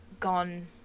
gone